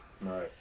Right